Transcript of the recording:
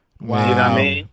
wow